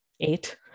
eight